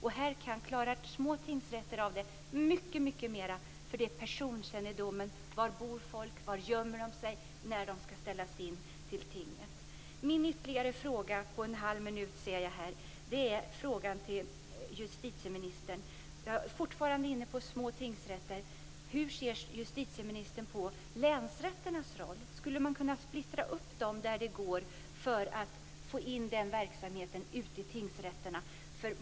Små tingsrätter klarar av det mycket bättre. Det finns personkännedom. Var bor folk? Var gömmer de sig när de skall inställa sig vid tinget? Jag har ytterligare en fråga - på en halv minut, ser jag här - till justitieministern. Jag är fortfarande inne på små tingsrätter. Hur ser justitieministern på länsrätternas roll? Skulle man kunna splittra upp dem, där det går, för att få ut den verksamheten till tingsrätterna?